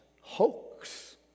hoax